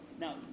now